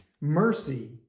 mercy